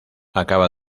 acaba